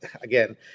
again